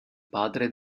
padre